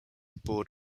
board